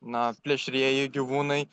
na plėšrieji gyvūnai